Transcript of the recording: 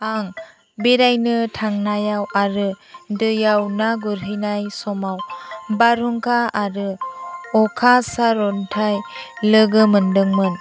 आं बेरायनो थांनायाव आरो दैयाव ना गुरहैनाय समाव बारहुंखा आरो अखा सारअन्थाइ लोगो मोन्दोंमोन